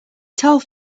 told